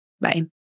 bye